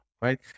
right